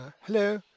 hello